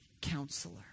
counselor